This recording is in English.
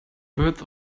birds